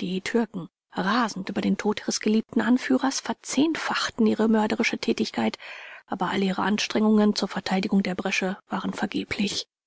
die türken rasend über den tod ihres geliebten anführers verzehnfachten ihre mörderische tätigkeit aber alle ihre anstrengungen zur verteidigung der bresche waren vergeblich